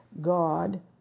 God